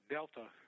Delta